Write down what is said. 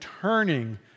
turning